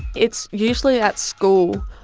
it's usually at school,